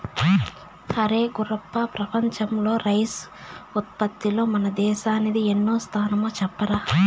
అరే గుర్రప్ప ప్రపంచంలో రైసు ఉత్పత్తిలో మన దేశానిది ఎన్నో స్థానమో చెప్పరా